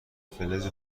فلج